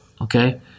okay